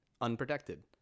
unprotected